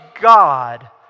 God